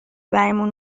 بریمون